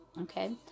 okay